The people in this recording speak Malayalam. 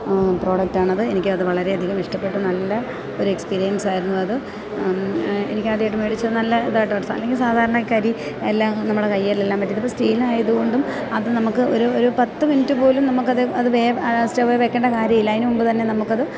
പ്രോഡക്റ്റാണത് എനിക്കതു വളരെയധികം ഇഷ്ടപ്പെട്ടു നല്ല ഒരു എക്സ്പീരിയൻസായിരുന്നു അത് എനിക്കതായിട്ടു മേടിച്ചു നല്ല ഇതായിട്ട് അല്ലെങ്കില് സാധാരണ കരി എല്ലാം നമ്മളെ കയ്യല്ലെല്ലാം പറ്റുന്നപ്പോള്ഡ സ്റ്റീലായതുകൊണ്ടും അതു നമുക്ക് ഒരു പത്ത് മിനിറ്റ് പോലും നമുക്കത് അതു സ്റ്റൗവില് വയ്ക്കേണ്ട കാര്യമില്ല അതിനു മുമ്പുതന്നെ നമുക്കത്